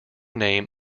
name